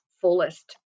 Fullest